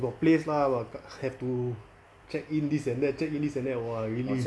got place lah but have to check in this and that check in this and that !wah! really